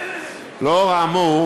לאור האמור,